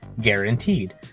guaranteed